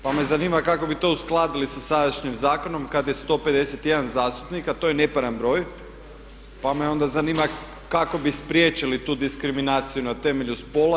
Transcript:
Pa me zanima kako bi to uskladili sa sadašnjim zakonom kad je 151 zastupnik a to je neparan broj, pa me onda zanima kako bi spriječili tu diskriminaciju na temelju spola?